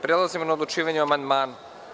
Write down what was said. Prelazimo na odlučivanje o amandmanu.